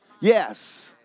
Yes